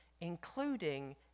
including